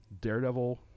Daredevil